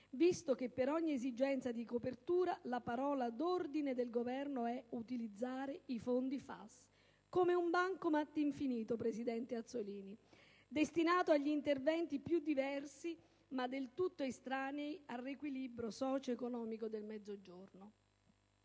momento che, per ogni esigenza di copertura, la parola d'ordine del Governo è di utilizzare i fondi FAS: come un bancomat infinito, presidente Azzollini, destinato agli interventi più diversi, ma del tutto estranei al riequilibrio socio-economico del Mezzogiorno.